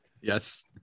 Yes